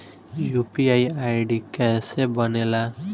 UPI ID कैसे बनेला?